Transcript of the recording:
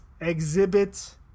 exhibit